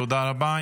תודה רבה.